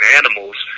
animals